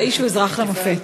האיש הוא אזרח למופת.